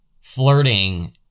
flirting